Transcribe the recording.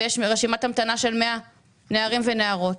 ויש רשימת המתנה של 100 נערים ונערות.